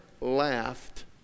laughed